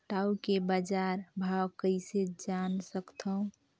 टाऊ के बजार भाव कइसे जान सकथव?